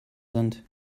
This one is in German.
sind